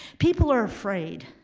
people are afraid,